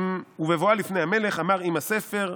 "'ובבאה לפני המלך אמר עם הספר',